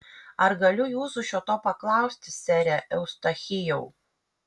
ar galiu jūsų šio to paklausti sere eustachijau